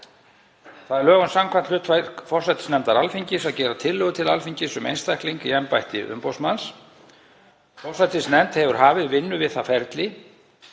Það er lögum samkvæmt hlutverk forsætisnefndar Alþingis að gera tillögu til Alþingis um einstakling í embætti umboðsmanns. Forsætisnefnd hefur hafið vinnu við það ferli